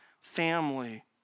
family